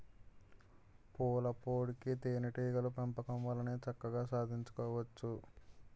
పూలపుప్పొడి తేనే టీగల పెంపకం వల్లనే చక్కగా సాధించుకోవచ్చును